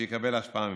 ושיקבל השפעה ממנו.